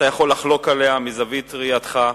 אתה יכול לחלוק עליה מזווית ראייתך,